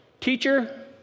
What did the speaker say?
Teacher